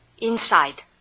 Inside